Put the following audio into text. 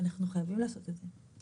אנחנו חייבים לעשות את זה.